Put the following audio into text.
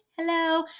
Hello